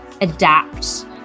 adapt